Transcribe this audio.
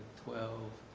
twelve,